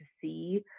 see